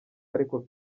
ariko